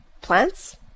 plants